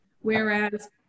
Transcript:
Whereas